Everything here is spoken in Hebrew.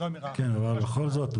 אבל בכל זאת,